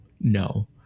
No